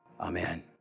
Amen